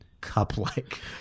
cup-like